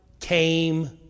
came